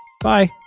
bye